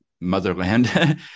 motherland